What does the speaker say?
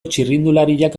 txirrindulariak